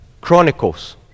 Chronicles